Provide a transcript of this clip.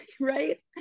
Right